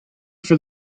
for